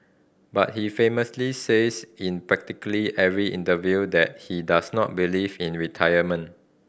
but he famously says in practically every interview that he does not believe in retirement